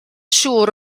siŵr